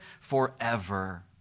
forever